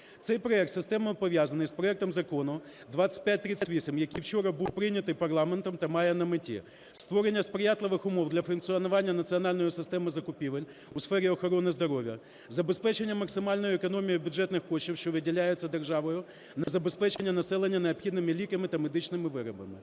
Цей проект системно пов'язаний з проектом Закону 2538, який вчора був прийнятий парламентом, та має на меті: створення сприятливих умов для функціонування національної системи закупівель у сфері охорони здоров'я, забезпечення максимальної економії бюджетних коштів, що виділяються державою на забезпечення населення необхідними ліками та медичними виробами.